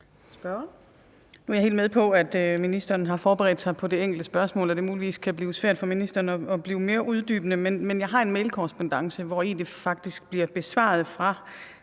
er jeg helt med på, at ministeren har forberedt sig på det enkelte spørgsmål, og at det muligvis kan blive svært for ministeren at blive mere uddybende, men jeg har en mailkorrespondance, hvori det faktisk bliver besvaret fra